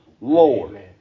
Lord